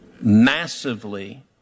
massively